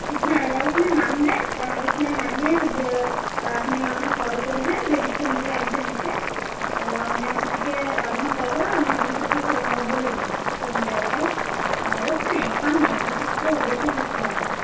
হ্যাঁ ওইখানে নামবেন ওইখানে নামিয়ে আপনি আমাকে কল করবেন দেবী স্টোর মোড়ে একদম এসে আমি আপনাকে আমাকে কল করবেন আমি আপনাকে ঠিক বলে দেবো কোন জায়গাটাই ওইখানে সামনেই বেশি কিছু বেশি হাঁটতে হবে না